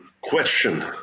question